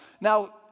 Now